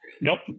Nope